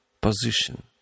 position